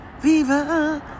Viva